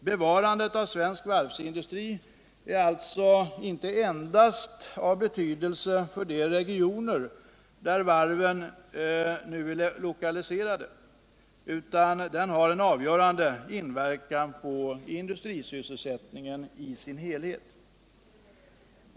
Bevarandet av svensk varvsindustri är alltså inte endast av betydelse för de regioner där varven nu är lokaliserade, utan det har en avgörande inverkan på industrisysselsättningen i dess helhet.